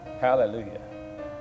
Hallelujah